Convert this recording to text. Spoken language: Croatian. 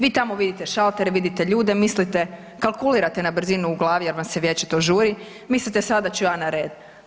Vi tamo vidite šaltere, vidite ljude mislite kalkulirate na brzinu u glavi jer vam se vječito žuri, mislite sada ću ja na red.